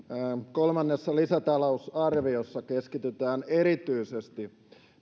kolmannessa lisätalousarviossa keskitytään erityisesti